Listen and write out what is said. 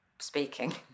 speaking